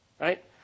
Right